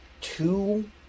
two